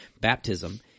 baptism